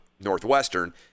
Northwestern